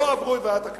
לא עברו את ועדת הכנסת.